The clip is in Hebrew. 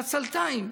בעצלתיים.